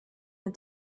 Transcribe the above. der